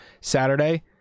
Saturday